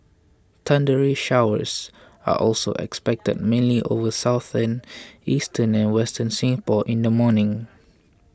thundery showers are also expected mainly over southern eastern and western Singapore in the morning